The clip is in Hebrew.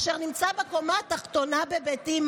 אשר הנמצא בקומה התחתונה בביתי,